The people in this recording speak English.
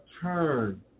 turn